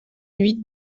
huit